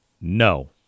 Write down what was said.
no